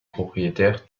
propriétaires